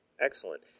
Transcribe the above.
excellent